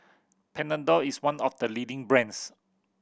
Panadol is one of the leading brands